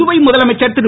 புதுவை முதலமைச்சர் திரு